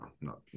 no